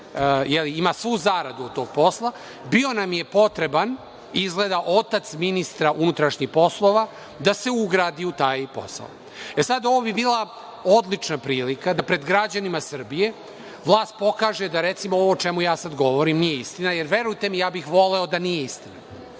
ima svu zaradu od tog posla, bio nam je potreban, izgleda otac ministra unutrašnjih poslova, da se ugradi u taj posao. Sada, ovo bi bila odlična prilika, da pred građanima Srbije, vlast pokaže da recimo ovo o čemu ja sad govorim nije istina, jer verujte mi ja bih voleo da nije istina.